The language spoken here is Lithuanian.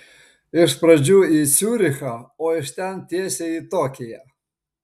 iš pradžių į ciurichą o iš ten tiesiai į tokiją